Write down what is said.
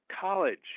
college